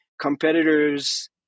competitors